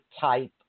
type